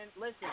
listen